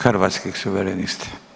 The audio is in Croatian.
Hrvatskih suverenista.